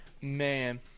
Man